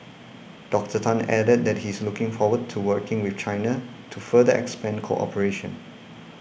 Doctor Tan added that he is looking forward to working with China to further expand cooperation